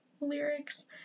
lyrics